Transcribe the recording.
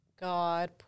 God